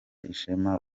ishema